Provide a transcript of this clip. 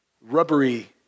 rubbery